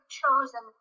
chosen